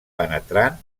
penetrant